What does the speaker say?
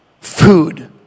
Food